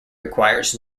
requires